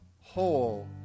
whole